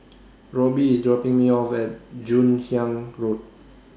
Robby IS dropping Me off At Joon Hiang Road